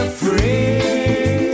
free